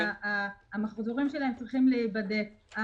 המחזורים שלהם צריכים להיבדק,